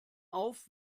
auf